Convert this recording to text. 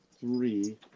three